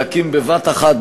להקים בבת-אחת,